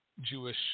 Jewish